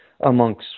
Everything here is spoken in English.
amongst